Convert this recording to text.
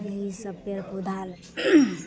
ई सभ पेड़ पौधा